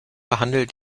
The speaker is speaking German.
behandelt